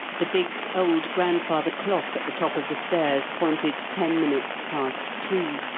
the big old grandfather clock at the top of the stairs pointed ten minutes past two,